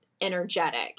energetic